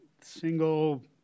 single